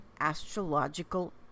astrological